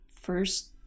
first